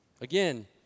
again